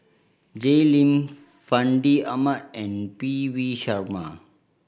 Jay Lim Fandi Ahmad and P V Sharma